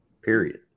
period